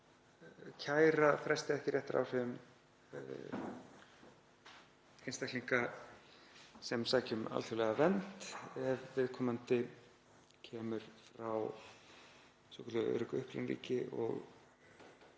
kæra fresti ekki réttaráhrifum einstaklinga sem sækja um alþjóðlega vernd ef viðkomandi kemur frá svokölluðu öruggu upprunaríki og